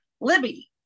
Libby